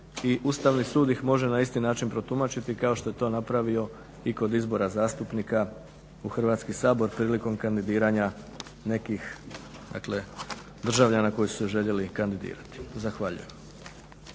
Ustavni sud ih može na isti način protumačiti kao što je to napravio i kod izbora zastupnika u Hrvatski sabor prilikom kandidiranja nekih dakle državljana koji su se željeli kandidirati. Zahvaljujem.